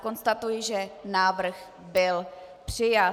Konstatuji, že návrh byl přijat.